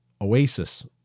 oasis